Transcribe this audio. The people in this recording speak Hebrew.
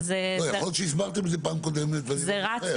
יכול להיות שהסברתם את זה בפעם הקודמת ואני לא זוכר.